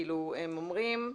הם אומרים,